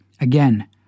Again